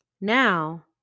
now